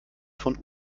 von